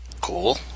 cool